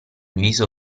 viso